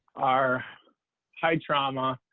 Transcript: are high trauma,